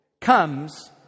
comes